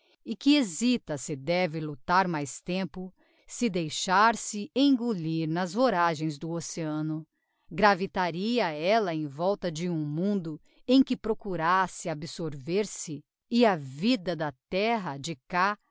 que hesita se deve luctar mais tempo se deixar-se engulir nas voragens do oceano gravitaria ella em volta de um mundo em que procurasse absorver se e a vida da terra de cá